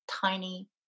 tiny